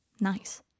nice